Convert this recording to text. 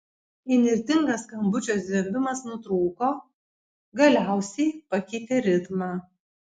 įnirtingas skambučio zvimbimas nutrūko galiausiai pakeitė ritmą